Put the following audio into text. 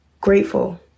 grateful